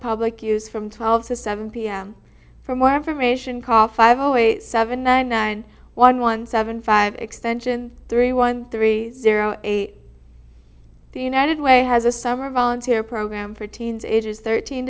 public use from twelve to seven pm for more information call five always seven nine nine one one seven five extension three one three zero a the united way has a summer volunteer program for teens ages thirteen